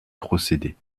procédés